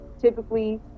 typically